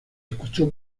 escuchó